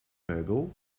meubel